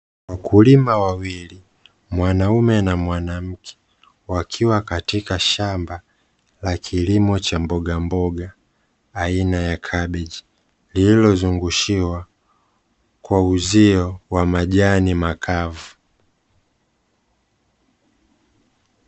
Wakulima wawili, mwanaume na mwanamke wakiwa katika shamba la kilimo cha mbogamboga aina ya kabichi lililozungushiwa kwa uzio wa majani makavu.